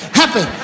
happy